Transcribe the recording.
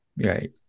Right